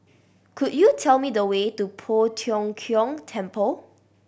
could you tell me the way to Poh Tiong Kiong Temple